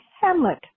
Hamlet